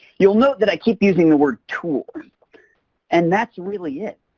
you'll note that i keep using the word tool and that's really it.